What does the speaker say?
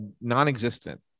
non-existent